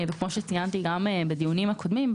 כמו שציינתי גם בדיונים הקודמים,